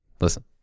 listen